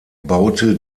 baute